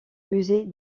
musée